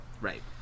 Right